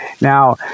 Now